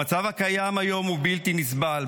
המצב הקיים היום הוא בלתי נסבל.